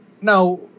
Now